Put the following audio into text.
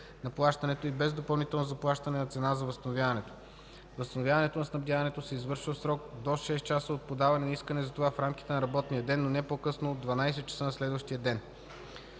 на плащането и без допълнително заплащане на цена за възстановяването. Възстановяването на снабдяването се извършва в срок до 6 часа от подаване на искане за това в рамките на работния ден, но не по-късно от 12 часа̀ на следващия ден.”